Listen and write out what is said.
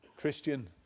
Christian